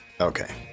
Okay